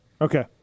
Okay